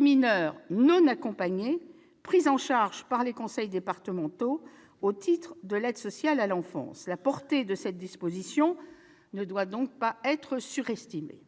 mineurs non accompagnés, pris en charge par les conseils départementaux au titre de l'aide sociale à l'enfance. La portée de cette disposition ne doit donc pas être surestimée.